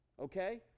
okay